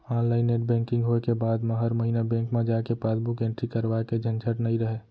online net banking होय के बाद म हर महिना बेंक म जाके पासबुक एंटरी करवाए के झंझट नइ रहय